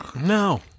No